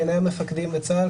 בעיני המפקדים בצה"ל,